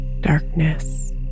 darkness